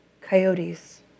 coyotes